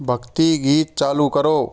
भक्ति गीत चालू करो